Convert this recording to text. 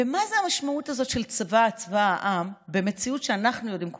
ומהי המשמעות הזאת של צבא העם במציאות שבה אנחנו יודעים,